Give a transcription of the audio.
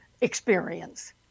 experience